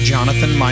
Jonathan